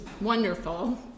wonderful